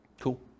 Cool